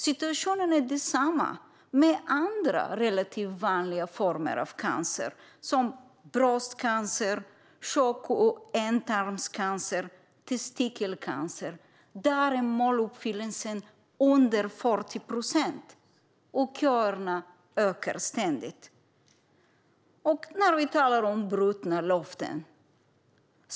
Situationen är densamma för andra relativt vanliga former av cancer som bröstcancer, tjock och ändtarmscancer och testikelcancer. Där är måluppfyllelsen under 40 procent, och köerna ökar ständigt. Vi kan tala om brutna löften.